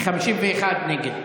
51 נגד,